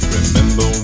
Remember